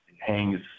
hangs